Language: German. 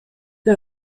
der